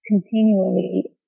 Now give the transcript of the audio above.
continually